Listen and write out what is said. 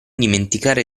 dimenticare